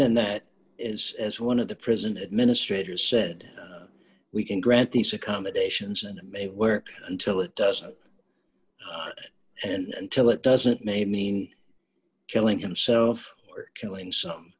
than that is as one of the prison administrators said we can grant these accommodations and it may work until it does and till it doesn't may mean killing himself or killing some